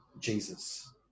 Jesus